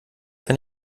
wenn